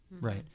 Right